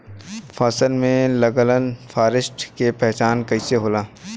फसल में लगल फारेस्ट के पहचान कइसे होला?